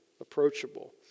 approachable